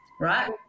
Right